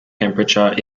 temperature